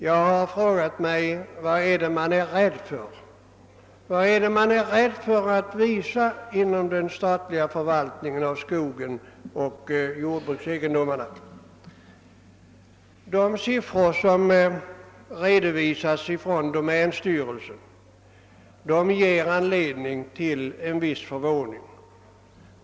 Jag har frågat mig: Vad är det man är rädd för att visa inom den statliga förvaltningen av skogsoch jordbruksegendomarna? De siffror som redovisas av domänstyrelsen ger anledning till en viss förvåning.